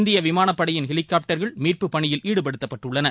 இந்தியவிமானப்படையின் ஹெலிகாப்டர்கள் மீட்புப் பணியில் ஈடுபடுத்தப்பட்டுள்ளன